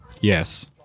Yes